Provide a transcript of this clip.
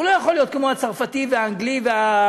הוא לא יכול להיות כמו הצרפתי והאנגלי והבלגי,